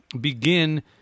begin